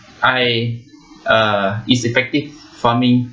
I uh is effective farming